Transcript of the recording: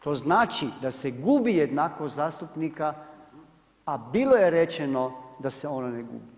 To znači da se gubi jednakost zastupnika, a bilo je rečeno da se ono ne gubi.